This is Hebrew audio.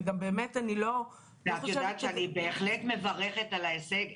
ואת יודעת שאני בהחלט מברכת על ההישג.